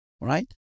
right